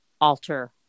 alter